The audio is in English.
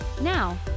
Now